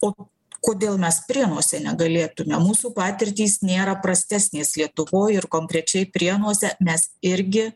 o kodėl mes prienuose negalėtume mūsų patirtys nėra prastesnės lietuvoj ir konkrečiai prienuose mes irgi